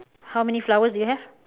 how many flowers do you have